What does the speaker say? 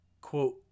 quote